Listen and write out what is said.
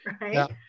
right